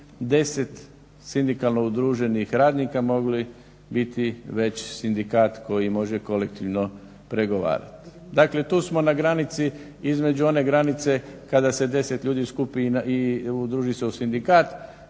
10 sindikalno udruženih radnika mogli biti već sindikat koji može kolektivno pregovarati. Dakle, tu smo na granici između one granice kada se 10 ljudi skupi i udruži se u sindikat